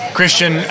Christian